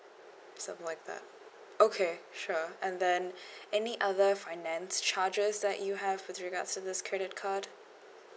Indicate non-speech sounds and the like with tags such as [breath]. something like that okay sure and then [breath] any other finance charges that you have with regards to this credit card